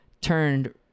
turned